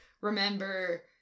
remember